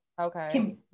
okay